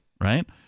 right